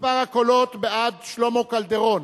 מספר הקולות בעד שלמה קלדרון,